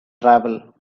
travel